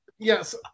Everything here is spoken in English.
Yes